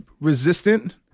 resistant